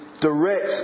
direct